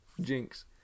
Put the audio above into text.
Jinx